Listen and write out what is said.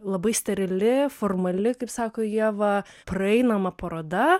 labai sterili formali kaip sako ieva praeinama paroda